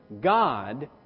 God